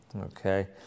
Okay